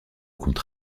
comte